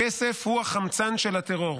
הכסף הוא החמצן של הטרור.